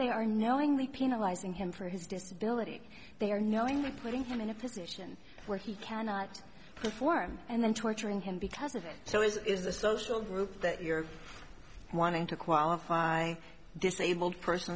they are knowingly penalizing him for his disability they are knowingly putting him in a position where he cannot perform and then torturing him because of it so it is a social group that you're wanting to qualify disabled person